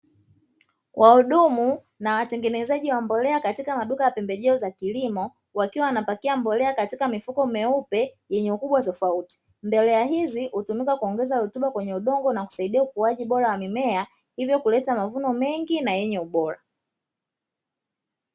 Wahudumu na watengenezaji wa mbolea katika maduka ya pembejeo za kilimo, wakiwa wanapakia mbolea katika mifuko meupe yenye ukubwa tofauti. Mbolea hizi hutumika kuongeza rutuba kwenye udongo na kusaidia ukuaji bora wa mimea, hivyo kuleta mavuno mengi na yenye ubora.